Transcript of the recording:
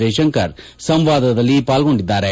ಜೈಶಂಕರ್ ಸಂವಾದದಲ್ಲಿ ಪಾಲ್ಗೊಂಡಿದ್ದಾರೆ